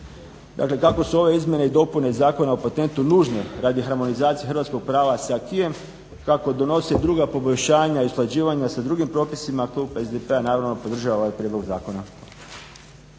Dakle kako su ove izmjene i dopune Zakona o patentnu nužne radi harmonizacije hrvatskog prava s acquisom, kako donose druga poboljšanja i usklađivanja sa drugim propisima, klub SDP-a naravno podržava ovaj prijedlog zakona.